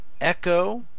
Echo